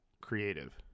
Creative